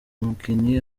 umukinnyi